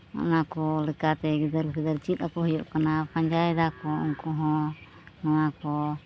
ᱚᱱᱟ ᱠᱚ ᱞᱮᱠᱟᱛᱮ ᱜᱤᱫᱟᱹᱨᱼᱯᱤᱫᱟᱹᱨ ᱪᱮᱫ ᱟᱠᱚ ᱦᱩᱭᱩᱜ ᱠᱟᱱᱟ ᱯᱟᱸᱡᱟᱭ ᱫᱟᱠᱚ ᱩᱱᱠᱩ ᱦᱚᱸ ᱱᱚᱣᱟ ᱠᱚ